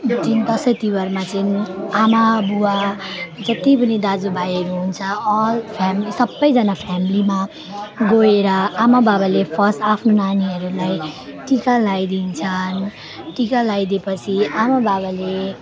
चाहिँ दसैँ तिहारमा चाहिँ आमाबुबा जति पनि दाजुभाइ हुनुहुन्छ अल फ्यामिली सबैजना फ्यामिलीमा गएर आमाबाबाले फर्स्ट आफ्नो नानीहरूलाई टिका लगाइदिन्छन् टिका लगाइदिएपछि आमाबाबाले